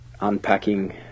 unpacking